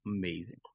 amazing